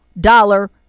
dollar